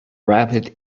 rapid